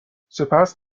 سپس